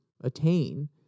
attain